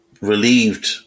relieved